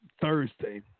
Thursday